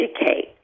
educate